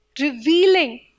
revealing